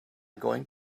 going